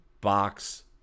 box